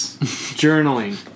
journaling